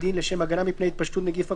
דין לשם הגנה מפני התפשטות נגיף הקורונה,